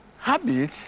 Habit